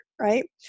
Right